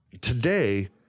today